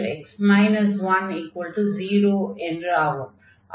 அதாவது x2x 10 என்று ஆகும்